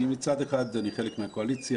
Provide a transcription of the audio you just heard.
מצד אחד אני חלק מהקואליציה,